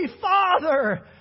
Father